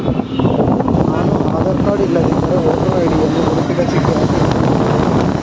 ನಾನು ಆಧಾರ ಕಾರ್ಡ್ ಇಲ್ಲದಿದ್ದರೆ voter ID ಯನ್ನು ಗುರುತಿನ ಚೀಟಿಯಾಗಿ ನೀಡಬಹುದೇ?